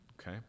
okay